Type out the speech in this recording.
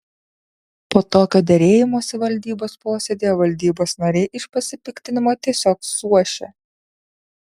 po tokio derėjimosi valdybos posėdyje valdybos nariai iš pasipiktinimo tiesiog suošė